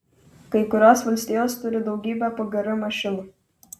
kai kurios valstijos turi daugybę pgr mašinų